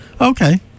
Okay